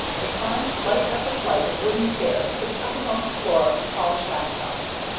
they climbed flight after flight of wooden stairs to the uppermost floor of the tall shaft-house.